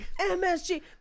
MSG